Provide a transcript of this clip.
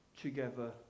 together